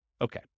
Okay